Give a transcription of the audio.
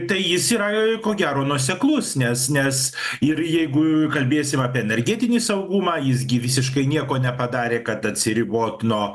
tai jis yra ko gero nuoseklus nes nes ir jeigu kalbėsim apie energetinį saugumą jis gi visiškai nieko nepadarė kad atsiribot nuo